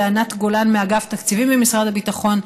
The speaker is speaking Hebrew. לענת גולן מאגף תקציבים במשרד הביטחון,